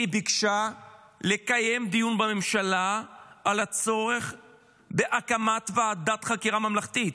היא ביקשה לקיים דיון בממשלה על הצורך בהקמת ועדת חקירה ממלכתית.